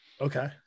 Okay